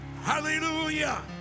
Hallelujah